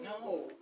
No